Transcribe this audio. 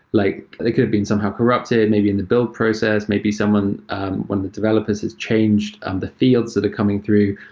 like they could be somehow corrupted, maybe in the build process, maybe someone when the developers has changed um the fields that are coming through.